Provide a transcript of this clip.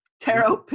tarot